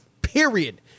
period